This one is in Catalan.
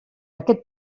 aquest